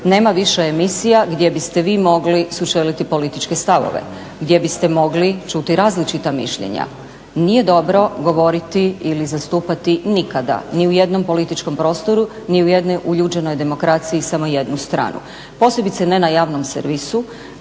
nema više emisija gdje biste vi mogli sučeliti političke stavove, gdje biste mogli čuti različita mišljenja. Nije dobro govoriti ili zastupati nikada ni u jednom političkom prostoru, ni u jednoj uljuđenoj demokraciji samo jednu stranu posebice ne na javnom servisu